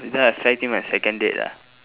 without affecting my second date ah